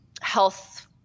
health